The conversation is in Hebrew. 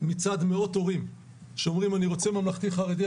מצד מאות הורים שאומרים: אני רוצה ממלכתי-חרדי,